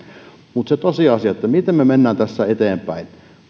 mutta se tosiasia miten me menemme tässä eteenpäin